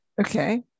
Okay